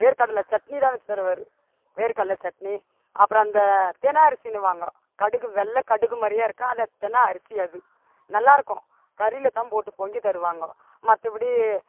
வேர்க்கடலை சட்னிதான் வச்சு தருவார் வேர்க்கடலை சட்னி அப்புறம் அந்த தெனை அரிசின்னுவாங்க கடுகு வெள்ளை கடுகுமாதிரியே இருக்கும் அதை தெனை அரிசி அது நல்லாயிருக்கும் கறியில் தான் போட்டு பொங்கித் தருவாங்க மற்றபடி